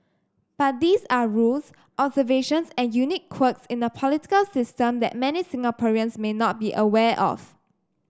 but these are rules observations and unique quirks in a political system that many Singaporeans may not be aware of